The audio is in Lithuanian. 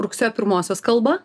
rugsėjo pirmosios kalbą